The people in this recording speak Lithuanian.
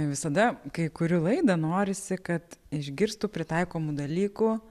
visada kai kuriu laidą norisi kad išgirstų pritaikomų dalykų